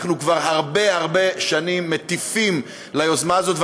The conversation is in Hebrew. אנחנו כבר הרבה הרבה שנים מטיפים ליוזמה הזאת,